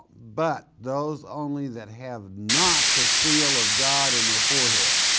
but those only that have not the seal of god in their forehead.